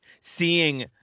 seeing